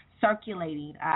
circulating